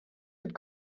had